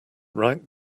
right